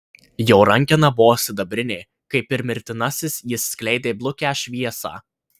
jo rankena buvo sidabrinė kaip ir mirtinasis jis skleidė blukią šviesą